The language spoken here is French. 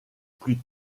plus